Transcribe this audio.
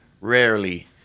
rarely